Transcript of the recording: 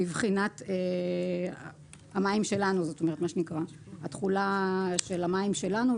בבחינת התכולה של המים שלנו,